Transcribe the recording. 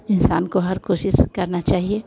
इंसान को हर कोशिश करनी चाहिए